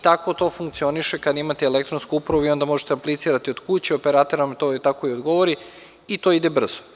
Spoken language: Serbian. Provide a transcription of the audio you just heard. Tako to funkcioniše kada imate elektronsku upravu i onda možete da aplicirate od kuće, operater vam to tako i odgovori i to ide brzo.